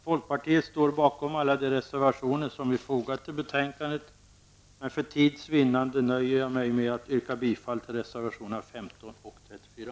Folkpartiet står bakom alla de reservationer som vi fogat till betänkandet, men för tids vinnande nöjer jag mig med att yrka bifall till reservationerna 15 och 34.